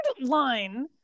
line